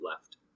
left